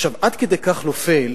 עכשיו, עד כדי כך נופל,